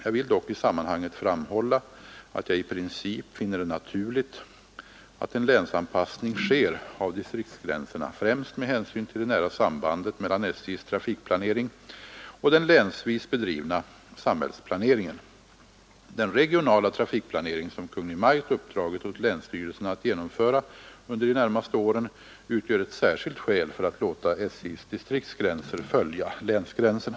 Jag vill dock i sammanhanget framhålla att jag i princip finner det naturligt att en länsanpassning sker av distriktsgränserna — främst med hänsyn till det nära sambandet mellan SJ:s trafikplanering och den länsvis bedrivna samhällsplaneringen. Den regionala trafikplanering som Kungl. Maj:t uppdragit åt länsstyrelserna att genomföra under de närmaste åren utgör ett särskilt skäl för att låta SJ:s distriktsgränser följa länsgränserna.